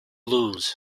lose